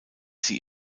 sie